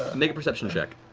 ah make a perception check.